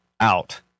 out